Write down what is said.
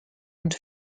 und